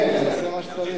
אני אתנגד, אני אעשה מה שצריך.